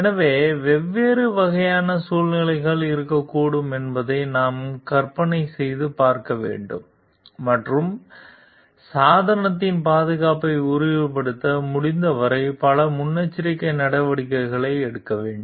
எனவே வெவ்வேறு வகையான சூழ்நிலைகள் இருக்கக்கூடும் என்பதை நாம் கற்பனை செய்து பார்க்க வேண்டும் மற்றும் சாதனத்தின் பாதுகாப்பை உறுதிப்படுத்த முடிந்தவரை பல முன்னெச்சரிக்கை நடவடிக்கைகளை எடுக்க வேண்டும்